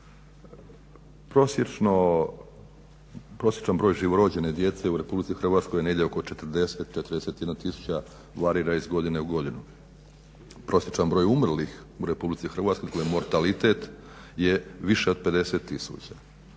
Prosječan broj živorođene djece u RH je negdje oko 40, 41 tisuća varira iz godine u godinu. Prosječan broj umrlih u RH mortalitet je više od 50 tisuća.